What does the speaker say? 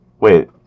Wait